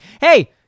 Hey